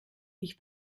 ich